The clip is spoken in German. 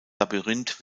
labyrinth